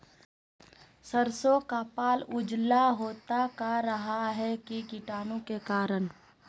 सरसो का पल उजला होता का रहा है की कीटाणु के करण?